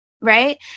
right